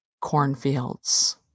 cornfields